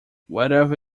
whatever